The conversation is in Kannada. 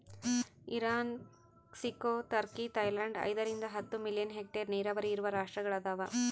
ಇರಾನ್ ಕ್ಸಿಕೊ ಟರ್ಕಿ ಥೈಲ್ಯಾಂಡ್ ಐದರಿಂದ ಹತ್ತು ಮಿಲಿಯನ್ ಹೆಕ್ಟೇರ್ ನೀರಾವರಿ ಇರುವ ರಾಷ್ಟ್ರಗಳದವ